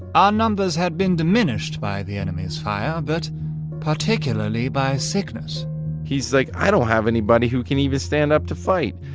our numbers had been diminished by the enemy's fire, but particularly by sickness he's like, i don't have anybody who can even stand up to fight.